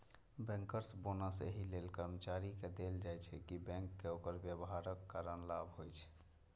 bankers bonus एहि लेल कर्मचारी कें देल जाइ छै, कि बैंक कें ओकर व्यवहारक कारण लाभ होइ छै